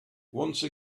once